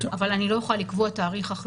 אבל אני לא אוכל לקבוע תאריך החלמה.